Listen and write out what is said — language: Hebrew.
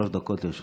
שלוש דקות לרשותך.